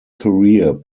career